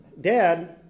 Dad